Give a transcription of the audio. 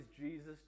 Jesus